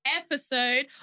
episode